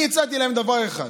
אני הצעתי להם דבר אחד,